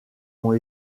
ont